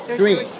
three